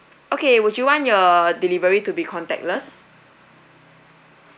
okay would you want your delivery to be contactless